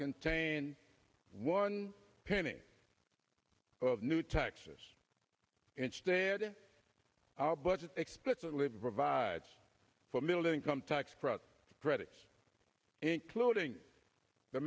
contain one penny of new taxes instead our budget explicitly provides for middle income tax credits including the